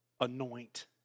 anoint